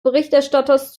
berichterstatters